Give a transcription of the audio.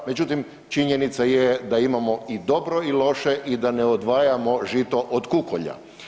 Međutim, činjenica je da imamo i dobro i loše i da ne odvajamo žito od kukolja.